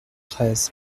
treize